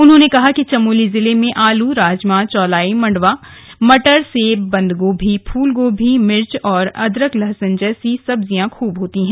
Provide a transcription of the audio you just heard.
उन्होंने कहा कि चमोली जिले में आलू राजमा चौलाई मंडुवा मटर सेब बंद गोभी फूल गोभी मिर्च अदरक लहसुन अन्य सब्जियां खूब होती हैं